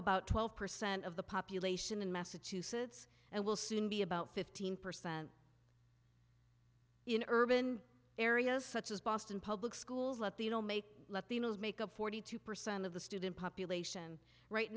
about twelve percent of the population in massachusetts and will soon be about fifteen percent in urban areas such as boston public schools that they don't make let the males make up forty two percent of the student population right